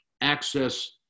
access